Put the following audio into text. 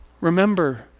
Remember